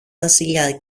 βασιλιά